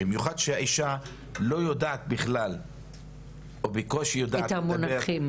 במיוחד כשהאישה לא יודעת בכלל או בקושי יודעת את המונחים,